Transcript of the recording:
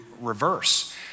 reverse